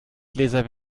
gläser